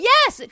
Yes